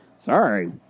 Sorry